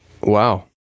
Wow